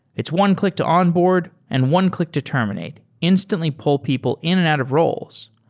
it's one click to onboard and one click to terminate. instantly pull people in and out of roles.